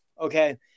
okay